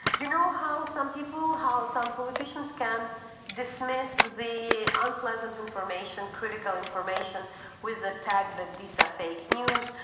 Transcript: you know, how some people, how some politicians can dismiss the unpleasant information critical information with the tag that these are fake news.